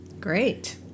great